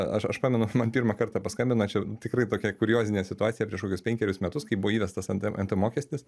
aš aš pamenu man pirmą kartą paskambino čia tikrai tokia kuriozinė situacija prieš kokius penkerius metus kai buvo įvestas nt nt mokestis